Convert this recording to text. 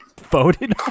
voted